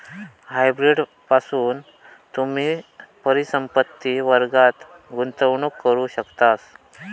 hybrid पासून तुम्ही परिसंपत्ति वर्गात गुंतवणूक करू शकतास